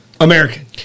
American